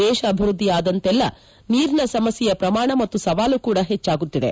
ದೇಶ ಅಭಿವ್ಯದ್ದಿಯಾದಂತೆಲ್ಲಾ ನೀರಿನ ಸಮಸ್ಲೆಯ ಪ್ರಮಾಣ ಮತ್ತು ಸವಾಲು ಕೂಡಾ ಹೆಚ್ಲಾಗುತ್ತಿದೆ